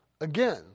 Again